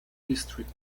district